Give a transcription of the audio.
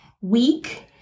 week